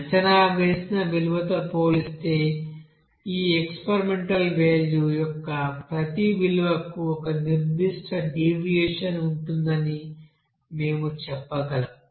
అంచనా వేసిన విలువతో పోలిస్తే ఈ ఎక్స్పెరిమెంటల్ వేల్యూ యొక్క ప్రతి విలువకు ఒక నిర్దిష్ట డీవియేషన్ ఉంటుందని మేము చెప్పగలం